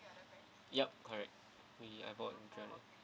yup correct we I bought in travel